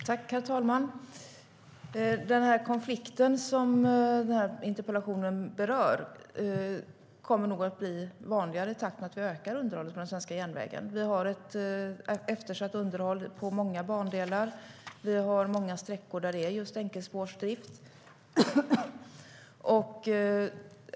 Herr talman! Den konflikt som interpellationen berör kommer nog att bli vanligare i takt med att vi ökar underhållet på den svenska järnvägen. Vi har ett eftersatt underhåll på många bandelar, och vi har många sträckor med enkelspårsdrift.